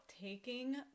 taking